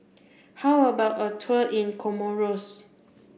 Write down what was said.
how about a tour in Comoros